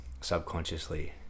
subconsciously